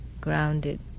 grounded